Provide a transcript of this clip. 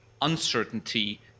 uncertainty